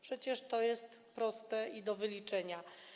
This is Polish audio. Przecież to jest proste do wyliczenia.